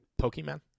Pokemon